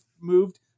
moved